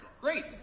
Great